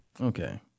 Okay